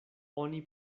oni